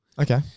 Okay